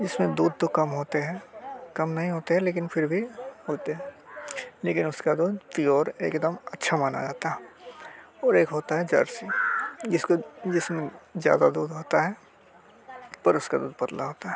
जिस में दूध तो कम होता है कम नहीं होता है लेकिन फिर भी होता है लेकिन उसका दूध पियोर एक दम अच्छा माना जाता है और एक होता है जर्सी जिस को जिस में ज़्यादा दूध होता है पर उसका दूध पतला होता है